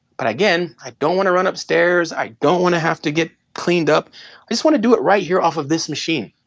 but again, i don't want to run upstairs, i don't want to have to get cleaned up, i just want to do it right here off of this machine.